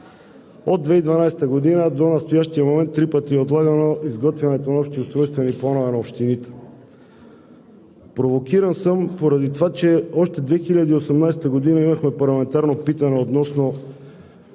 От 2012 г. до настоящия момент три пъти е отлагано изготвянето на общи устройствени планове на общините. Провокиран съм поради това, че още 2018 г. имахме парламентарно питане относно